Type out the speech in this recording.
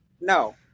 no